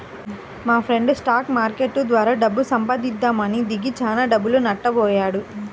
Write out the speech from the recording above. మాఫ్రెండు stock market ద్వారా డబ్బు సంపాదిద్దామని దిగి చానా డబ్బులు నట్టబొయ్యాడు